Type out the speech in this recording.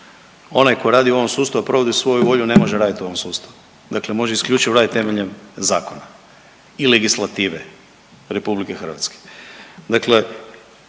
onaj ko radi u ovom sustavu i provodi svoju volju ne može raditi u ovom sustavu, dakle može isključivo raditi temeljem zakona i legislative RH. Dakle,